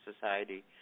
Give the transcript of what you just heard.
society